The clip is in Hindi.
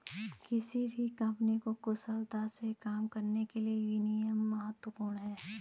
किसी भी कंपनी को कुशलता से काम करने के लिए विनियम महत्वपूर्ण हैं